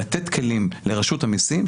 לתת כלים לרשות המיסים,